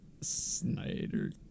Snyder